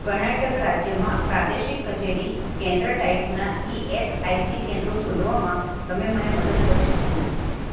કર્ણાટક રાજ્યમાં પ્રાદેશિક કચેરી કેન્દ્ર ટાઈપનાં ઇએસઆઇસી કેન્દ્રો શોધવામાં તમે મને મદદ કરી શકો